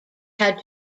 had